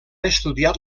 estudiat